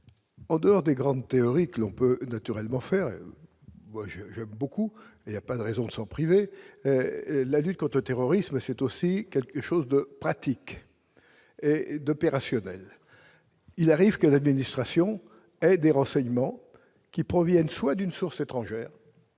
en dehors des grandes théories que l'on peut faire et que j'aime beaucoup- il n'y a pas de raison de s'en priver !-, la lutte contre le terrorisme est aussi quelque chose de pratique et d'opérationnel. Il arrive que l'administration ait des renseignements qui proviennent soit d'une source étrangère